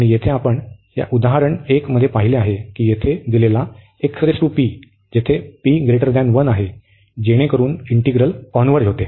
आणि येथे आपण या उदाहरण 1 मध्ये पाहिले आहे की येथे दिलेला जेथे p 1 आहे जेणेकरून इंटिग्रल कॉन्व्हर्ज होते